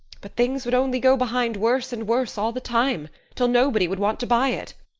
but things would only go behind worse and worse all the time, till nobody would want to buy it.